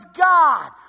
God